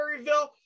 Maryville